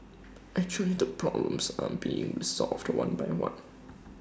actually the problems are being resolved one by one